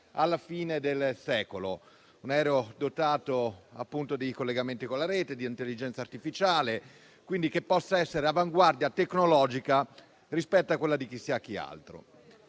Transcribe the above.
alla fine del secolo; un aereo dotato appunto dei collegamenti con la rete, di intelligenza artificiale, che quindi possa essere avanguardia tecnologica rispetto a quella di chissà chi altro.